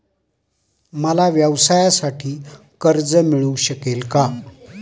मला व्यवसायासाठी कर्ज मिळू शकेल का?